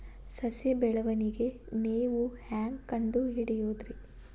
ಸಸಿ ಬೆಳವಣಿಗೆ ನೇವು ಹ್ಯಾಂಗ ಕಂಡುಹಿಡಿಯೋದರಿ?